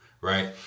right